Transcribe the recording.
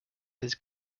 his